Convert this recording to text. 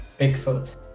bigfoot